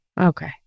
Okay